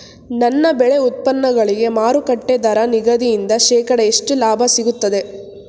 ನನ್ನ ಬೆಳೆ ಉತ್ಪನ್ನಗಳಿಗೆ ಮಾರುಕಟ್ಟೆ ದರ ನಿಗದಿಯಿಂದ ಶೇಕಡಾ ಎಷ್ಟು ಲಾಭ ಸಿಗುತ್ತದೆ?